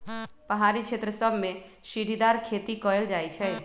पहारी क्षेत्र सभमें सीढ़ीदार खेती कएल जाइ छइ